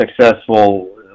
successful